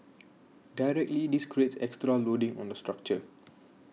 directly this creates extra loading on the structure